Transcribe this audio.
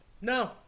No